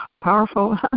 powerful